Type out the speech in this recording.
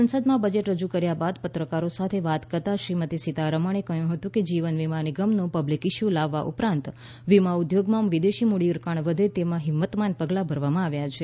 સંસદમાં બજેટ રજૂ કર્યા બાદ પત્રકારો સાથે વાત કરતાં શ્રીમતી સિતારમણે કહ્યું હતું કે જીવન વીમા નિગમનો પબ્લિક ઇસ્યુ લાવવા ઉપરાંત વીમા ઉદ્યોગમાં વિદેશી મૂડીરોકાણ વધે તેવા હિમમતવાન પગલાં ભરવામાં આવ્યા છે